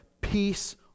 peace